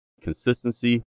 consistency